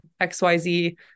XYZ